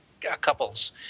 couples